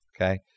Okay